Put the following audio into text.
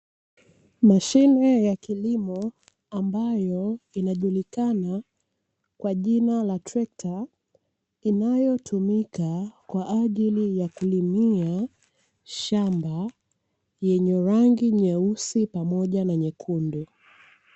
Mashine ya kilimo ambayo inajulikana kwa jina la trekta inayotumika kwa ajili ya kulimia shamba, yenye rangi nyeusi pamoja na nyekundu.